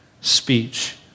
speech